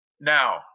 Now